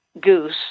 Goose